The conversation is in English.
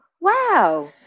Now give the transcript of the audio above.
wow